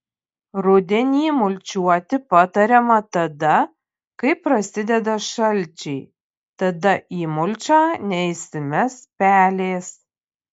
rudenį mulčiuoti patariama tada kai prasideda šalčiai tada į mulčią neįsimes pelės